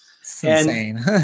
Insane